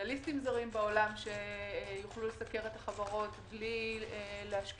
אנליסטים זרים בעולם שיוכלו לסקר את החברות בלי להשקיע